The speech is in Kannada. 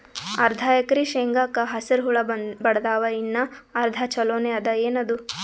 ಅರ್ಧ ಎಕರಿ ಶೇಂಗಾಕ ಹಸರ ಹುಳ ಬಡದಾವ, ಇನ್ನಾ ಅರ್ಧ ಛೊಲೋನೆ ಅದ, ಏನದು?